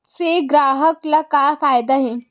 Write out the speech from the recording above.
से ग्राहक ला का फ़ायदा हे?